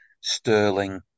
Sterling